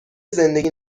زندگی